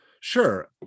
Sure